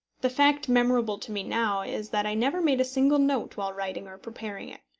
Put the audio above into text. the fact memorable to me now is that i never made a single note while writing or preparing it.